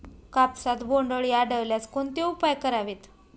कापसात बोंडअळी आढळल्यास कोणते उपाय करावेत?